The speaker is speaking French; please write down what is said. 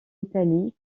italie